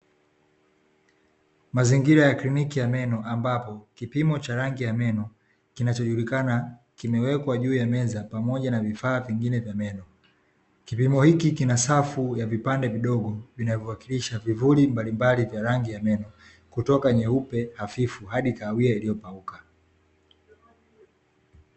Mazingira ya kliniki ya meno ambapo kipimo cha rangi ya meno kinachojulikana kimewekwa juu ya meza pamoja na vifaa vingine vya meno, kipimo hiki kina safu ya vipande vidogo vinavyowakilisha vivuli mbalimbali vya rangi ya meno kutoka nyeupe hafifu hadi kahawia iliyopauka.